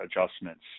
adjustments